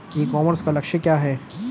ई commerce का लक्ष्य क्या है?